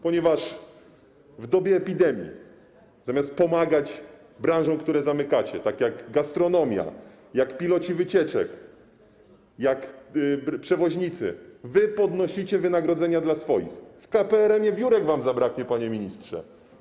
Ponieważ w dobie epidemii, zamiast pomagać branżom, które zamykacie, takim jak gastronomia, piloci wycieczek, przewoźnicy, wy podnosicie wynagrodzenia dla swoich, w KPRM biurek wam zabraknie, panie ministrze.